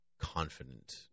confident